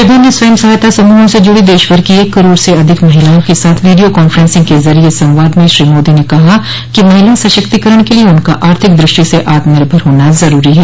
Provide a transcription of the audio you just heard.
विभिन्न स्वयं सहायता समूहों से जुड़ी देश भर की एक करोड़ से अधिक महिलाओं के साथ वीडियो कांफ्रेंसिंग के जरिए संवाद में श्री मोदी ने कहा कि महिला सशक्तिकरण के लिए उनका आर्थिक दृष्टि से आत्मनिर्भर होना जरूरी है